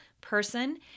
person